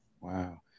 Wow